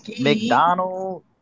McDonald